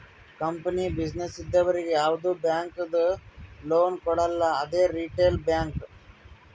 company, business ಇದ್ದವರಿಗ್ ಯಾವ್ದು bank loan ಕೊಡಲ್ಲ ಅದೇ ರಿಟೇಲ್ ಬ್ಯಾಂಕ್